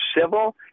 civil